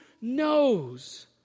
knows